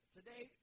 Today